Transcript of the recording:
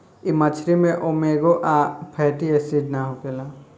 इ मछरी में ओमेगा आ फैटी एसिड ना होखेला